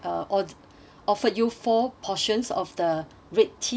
offer you four portions of the red tea